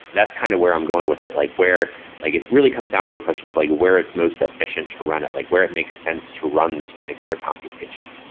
that's kind of where i'm going with it. like like it really comes down to a question of like where it's most efficient to run it. like where it makes sense to run this particular computation?